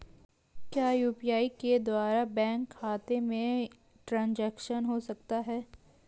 क्या यू.पी.आई के द्वारा बैंक खाते में ट्रैन्ज़ैक्शन हो सकता है?